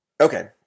okay